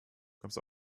kommst